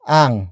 ang